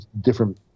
different